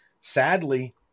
sadly